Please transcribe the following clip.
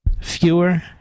Fewer